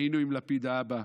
היינו עם לפיד האבא,